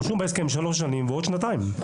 רשום בהסכם 3 שנים ועוד שנתיים.